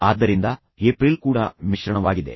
ಆದ್ದರಿಂದ ಏಪ್ರಿಲ್ ಕೂಡ ಮಿಶ್ರಣವಾಗಿದೆ